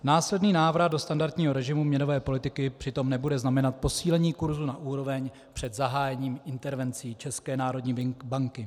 Následný návrat do standardního režimu měnové politiky přitom nebude znamenat posílení kursu na úroveň před zahájením intervencí České národní banky.